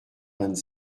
vingt